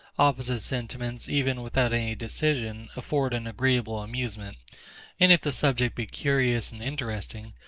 opposite sentiments, even without any decision, afford an agreeable amusement and if the subject be curious and interesting,